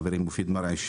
חברי מופיד מרעי,